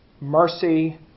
mercy